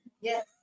Yes